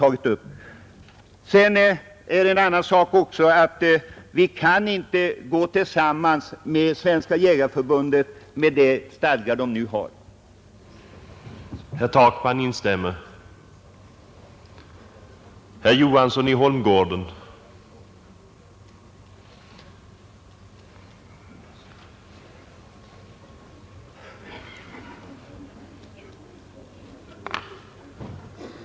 En sak för sig är att vi andra inte oreserverat kan gå tillsammans med Svenska jägareförbundet med tanke på de stadgar detta förbund nu har.